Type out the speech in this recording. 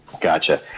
Gotcha